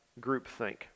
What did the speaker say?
groupthink